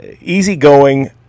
easygoing